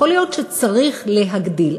יכול להיות שצריך להגביל.